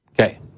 Okay